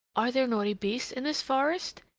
are there naughty beasts in this forest?